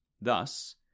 Thus